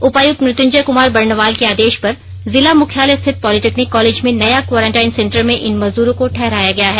उपायुक्त मृत्युंजय कमार बरणवाल के आदेश पर जिला मुख्यालय स्थित पॉलिटेक्निक कॉलेज में नया क्वारेंटाईन सेंटर में इन मजदूरों को ठहराया गया है